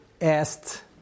asked